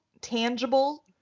tangible